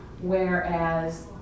Whereas